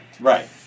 Right